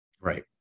Right